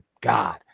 god